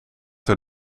door